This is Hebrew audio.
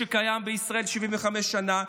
שקיים בישראל 75 שנה.